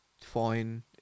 fine